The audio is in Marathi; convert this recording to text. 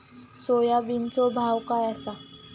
सोयाबीनचो भाव काय आसा?